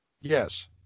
Yes